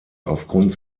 aufgrund